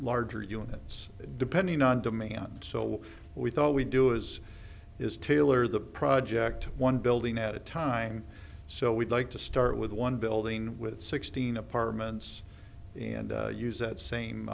larger units depending on demand so we thought we'd do is is tailor the project one building at a time so we'd like to start with one building with sixteen apartments and use that same